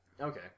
Okay